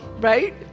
right